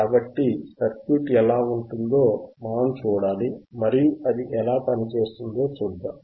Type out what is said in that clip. కాబట్టి సర్క్యూట్ ఎలా ఉంటుందో మనం చూడాలి మరియు అది ఎలా పనిచేస్తుందో చూద్దాం